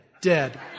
dead